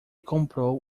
comprou